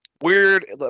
weird –